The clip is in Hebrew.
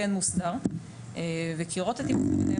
וקירות הטיפוס.